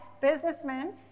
businessmen